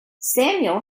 samuel